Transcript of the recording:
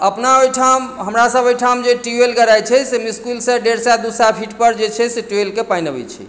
अपना ओहिठाम हमरा सभ ओहिठाम जे ट्यूवेल गड़ाई छै से मुश्किल सँ डेढ़ सए दू सए फिट पर जे छै से ट्यूवेल के पानि अबै छै